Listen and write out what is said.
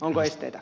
onko esteitä